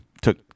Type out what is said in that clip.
took